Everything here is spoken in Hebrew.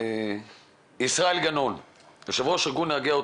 כבר בחודש יולי נדרשנו לתגבורים לאור המגבלה של 50% קיבולת אל מול עליה